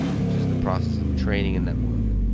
which is the process of training a network,